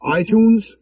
iTunes